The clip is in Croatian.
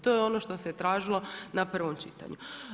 To je ono što se tražilo na prvom čitanju.